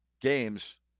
games